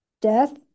Death